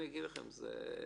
זאת